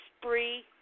spree